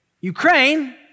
Ukraine